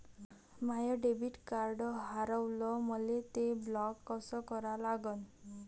माय debit card हारवलं, मले ते ब्लॉक कस करा लागन?